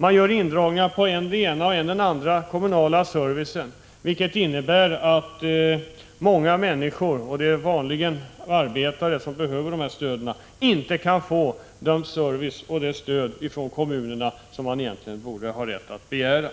Det görs indragningar på än den ena än den andra kommunala servicen, vilket innebär att många människor — och det är vanligen arbetare som behöver det här stödet — inte kan få den service och det stöd som de egentligen har rätt att begära.